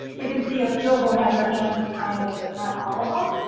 you can see a few of them have their hands behind them, but not all of them.